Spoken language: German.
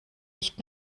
nicht